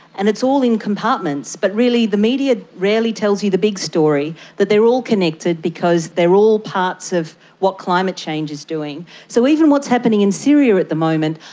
and it's all in compartments. but really the media rarely tells you the big story, that they are all connected because they're all parts of what climate change is doing. so even what is happening in syria at the moment,